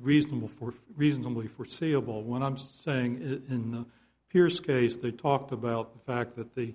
reasonable for reasonably forseeable what i'm saying is in the pierce case they talked about the fact that the